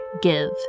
give